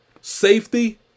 safety